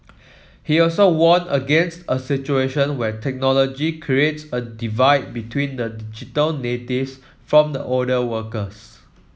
he also warned against a situation where technology creates a divide between the digital natives from the older workers